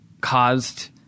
caused